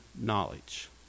knowledge